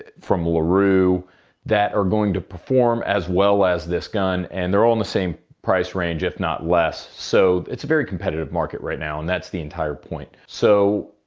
from larue that are going to perform as well as this gun. and they're all in the same price range, if not less. so, it's a very competitive market right now. and that's the entire point. so,